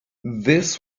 this